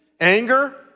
Anger